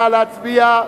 נא להצביע.